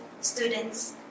students